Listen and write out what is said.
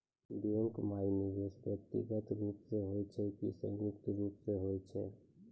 Bank माई निवेश व्यक्तिगत रूप से हुए छै की संयुक्त रूप से होय छै?